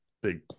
big